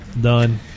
Done